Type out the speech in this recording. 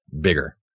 bigger